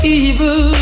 evil